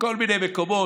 בכל מיני מקומות.